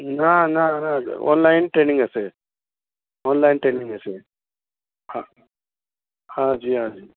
ના ના ના ઓનલાઇન ટ્રેનિંગ હશે ઓનલાઇન ટ્રેનિંગ હશે હા હાજી હાજી